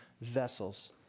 vessels